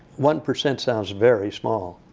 one percent sounds very small.